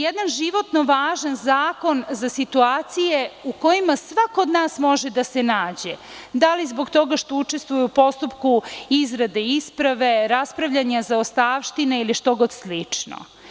Jedan životno važan zakon za situacije u kojima svako od nas može da se nađe, da li zbog toga što učestvuje u postupku izrade isprave, raspravljanja zaostavštine ili slično.